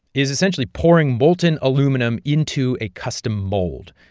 is essentially pouring molten aluminum into a custom mold.